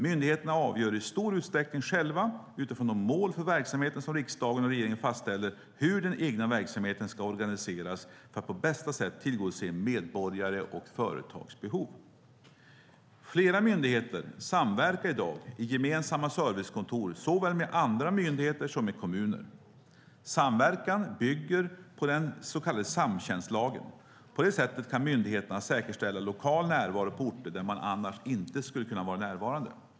Myndigheterna avgör i stor utsträckning själva, utifrån de mål för verksamheten som riksdagen och regeringen fastställer, hur den egna verksamheten ska organiseras för att på bästa sätt tillgodose medborgares och företags behov. Flera myndigheter samverkar i dag i gemensamma servicekontor såväl med andra myndigheter som med kommuner. Samverkan bygger på den så kallade samtjänstlagen. På det sättet kan myndigheterna säkerställa lokal närvaro på orter där man annars inte skulle kunna vara närvarande.